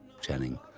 Channing